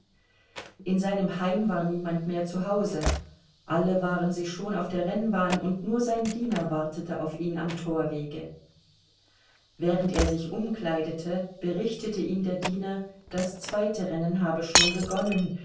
in seinem heim war niemand mehr zu hause alle waren sie schon auf der rennbahn und nur sein diener wartete auf ihn am torwege während er sich umkleidete berichtete ihm der diener das zweite rennen habe schon begonnen